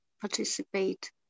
participate